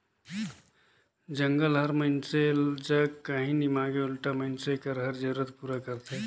जंगल हर मइनसे जग काही नी मांगे उल्टा मइनसे कर हर जरूरत ल पूरा करथे